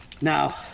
Now